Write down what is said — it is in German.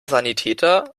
sanitäter